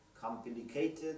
complicated